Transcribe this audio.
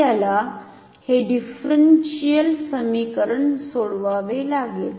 आपल्याला हे डिफरनशियल समीकरण सोडवावे लागेल